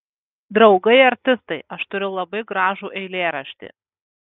draugai artistai aš turiu labai gražų eilėraštį